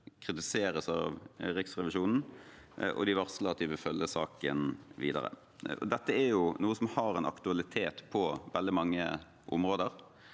kritiseres av Riksrevisjonen, og de varsler at de vil følge saken videre. Dette er noe som har en aktualitet på veldig mange områder.